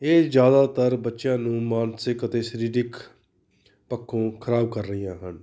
ਇਹ ਜ਼ਿਆਦਾਤਰ ਬੱਚਿਆਂ ਨੂੰ ਮਾਨਸਿਕ ਅਤੇ ਸਰੀਰਿਕ ਪੱਖੋਂ ਖਰਾਬ ਕਰ ਰਹੀਆਂ ਹਨ